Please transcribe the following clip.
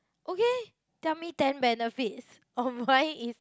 okay tell me ten benefits of why is